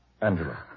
Angela